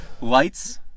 Lights